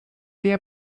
der